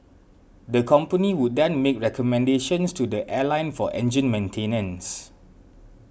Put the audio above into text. the company would then make recommendations to the airline for engine maintenance